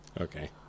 Okay